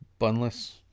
bunless